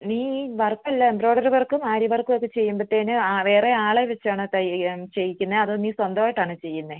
നീ ഈ വർക്ക് എല്ലാം എംബ്രോയിഡറി വർക്കും ആര്യവർക്കും ഒക്കെ ചെയ്യുമ്പോള് വേറെ ആളെ വെച്ചാണോ തയ്യൽ ചെയ്യിക്കുന്നത് അതോ നീ സ്വന്തമായിട്ടാണോ ചെയ്യുന്നത്